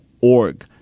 .org